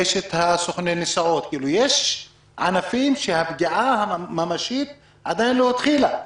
יש את סוכני נסיעות ועוד ענפים שהפגיעה הממשית בהם עדיין לא התחילה.